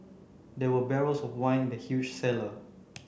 there were barrels of wine in the huge cellar